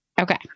Okay